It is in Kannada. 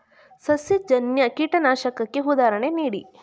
ಸಸ್ಯಜನ್ಯ ಕೀಟನಾಶಕಕ್ಕೆ ಉದಾಹರಣೆ ನೀಡಿ?